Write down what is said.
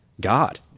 God